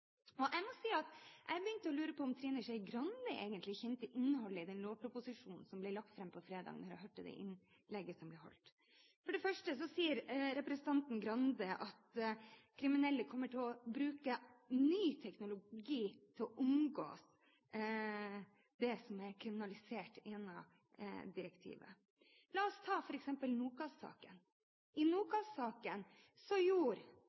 effektiv. Jeg begynte å lure på om Trine Skei Grande egentlig kjente innholdet i den lovproposisjonen som ble lagt fram på fredag, da jeg hørte det innlegget som ble holdt. For det første sier representanten Skei Grande at kriminelle kommer til å bruke ny teknologi til å omgå det som er kriminalisert gjennom direktivet. La oss ta f.eks. NOKAS-saken. I NOKAS-saken gjorde